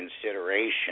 consideration